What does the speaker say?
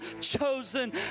chosen